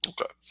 okay